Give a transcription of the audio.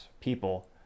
people